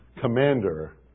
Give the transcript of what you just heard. commander